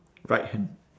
right hand